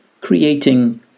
Creating